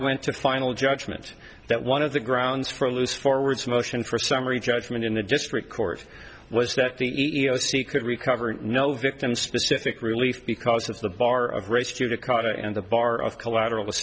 went to final judgment that one of the grounds for a loose forwards motion for summary judgment in the district court was that the e e o c could recover no victim specific relief because of the bar of race judicata and the bar of collateral